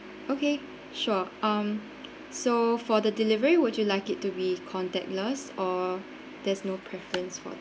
okay sure um so for the delivery would you like it to be contactless or there's no preference for